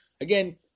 again